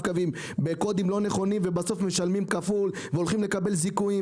קווים בקודים לא נכונים ובסוף משלמים כפול והולכים לקבל זיכוי,